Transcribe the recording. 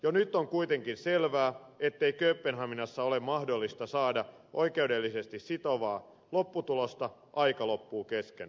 jo nyt on kuitenkin selvää ettei kööpenhaminasta ole mahdollista saada oikeudellisesti sitovaa lopputulosta aika loppuu kesken